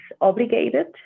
obligated